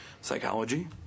psychology